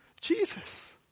Jesus